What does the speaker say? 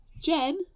Jen